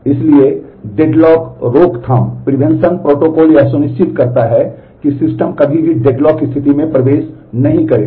इसलिए डेडलॉक रोकथाम प्रोटोकॉल यह सुनिश्चित करता है कि सिस्टम कभी भी डेडलॉक स्थिति में प्रवेश नहीं करेगा